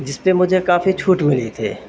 جس پہ مجھے کافی چھوٹ ملی تھی